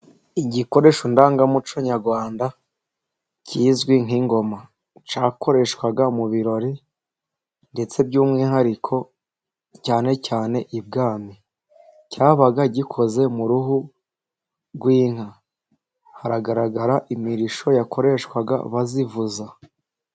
Igikoresho ndangamuco nyarwanda, kizwi nk'ingoma, cyakoreshwaga mu birori, ndetse by'umwihariko, cyane cyane ibwami, cyabaga gikoze mu ruhu rw'inka. Haragaragara imirishyo yakoreshwaga bazivuza.